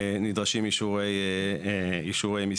נדרשים אישורי מיסים.